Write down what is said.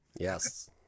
yes